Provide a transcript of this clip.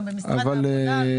גם במשרד העבודה.